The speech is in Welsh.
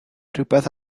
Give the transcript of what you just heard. rhywbeth